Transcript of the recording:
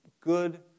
Good